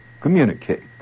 communicate